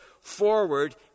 forward